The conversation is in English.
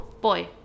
Boy